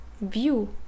view